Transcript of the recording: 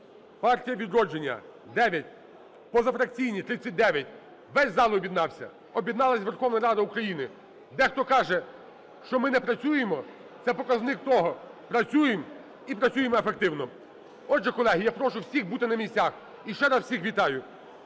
"Партія "Відродження" – 9, позафракційні - 39. Весь зал об'єднався, об'єдналась Верховна Рада України. Дехто каже, що ми не працюємо, це показник того – працюємо, і працюємо ефективно. Отже, колеги, я прошу всіх бути на місцях. І ще раз всіх вітаю.